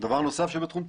דבר נוסף שבתחום טיפולנו,